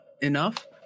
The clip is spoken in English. enough